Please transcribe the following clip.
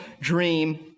dream